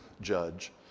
judge